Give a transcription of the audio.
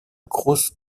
groß